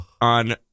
on